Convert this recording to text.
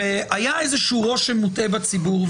היה איזשהו רושם מוטעה בציבור,